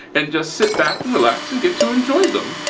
and just sit back and relax and get to enjoy them.